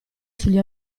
sugli